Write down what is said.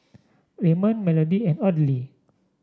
Raymond Melodie and Audley